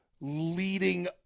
leading